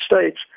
States